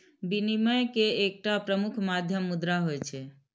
विनिमय के एकटा प्रमुख माध्यम मुद्रा होइ छै